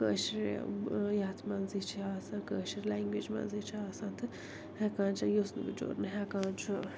کٲشرِ یَتھ منٛز یہِ چھِ آسان کٲشٕر لنٛگویج منٛزٕے چھِ آسان تہٕ ہٮ۪کان چھِ یُس نہٕ بِچور نہٕ ہٮ۪کان چھُ